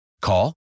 Call